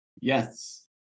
Yes